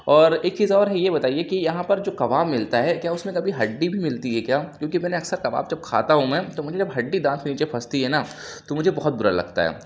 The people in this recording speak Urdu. اور ایک چیز اور ہے یہ بتائیے کہ یہاں پر جو كباب ملتا ہے كیا اُس میں كبھی ہڈی بھی ملتی ہے کیا کیوں کہ میں نے اکثر کباب جب کھاتا ہوں تو مجھے جب ہڈی دانت کے نیچے پھنستی ہے نا تو مجھے بہت بُرا لگتا ہے